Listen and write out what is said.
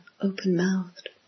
open-mouthed